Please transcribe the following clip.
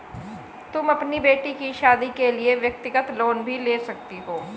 तुम अपनी बेटी की शादी के लिए व्यक्तिगत लोन भी ले सकती हो